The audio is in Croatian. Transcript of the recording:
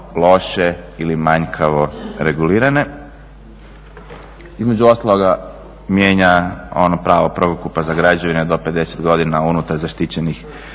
loše ili manjkavo regulirane. Između ostaloga mijenja ono pravo prvokupa za građevine do 50 godina unutar zaštićenih